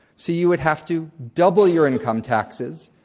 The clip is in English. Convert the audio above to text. so, you would have to double your income taxes.